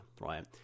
right